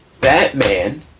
Batman